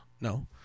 no